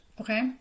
okay